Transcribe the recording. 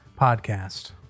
Podcast